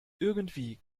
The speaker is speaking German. irgendwie